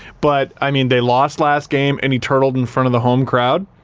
but i mean they lost last game and he turtled in front of the home crowd.